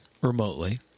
remotely